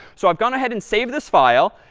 so i've gone ahead and saved this file.